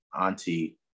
auntie